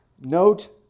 note